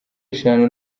eshanu